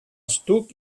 estuc